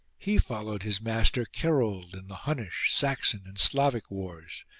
he followed his master kerold in the hunnish, saxon and slavic wars,